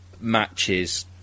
matches